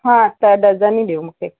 हा त दर्जन ॾियो मूंखे